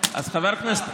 חבר הכנסת